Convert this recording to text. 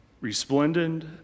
Resplendent